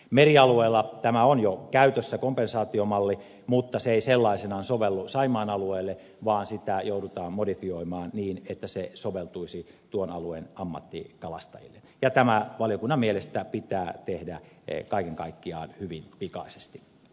merialueella tämä on jo käytössä kompensaatiomalli mutta se ei sellaisenaan sovellu saimaan alueelle vaan sitä joudutaan modifioimaan niin että se soveltuisi tuon alueen ammattikalastajille ja tämä valiokunnan mielestä pitää tehdä kaiken kaikkiaan hyvin pikaisesti